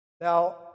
Now